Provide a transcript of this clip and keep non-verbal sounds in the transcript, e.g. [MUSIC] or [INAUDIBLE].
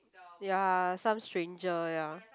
ya some stranger ya [NOISE]